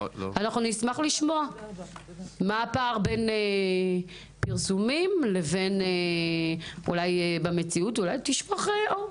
אנחנו נשמח לשמוע מה הפער בין פרסומים לבין המציאות אולי תשפוך אור.